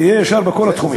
תהיה ישר בכל התחומים.